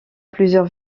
plusieurs